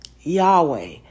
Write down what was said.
Yahweh